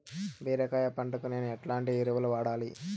బీరకాయ పంటకు నేను ఎట్లాంటి ఎరువులు వాడాలి?